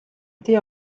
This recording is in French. été